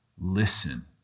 Listen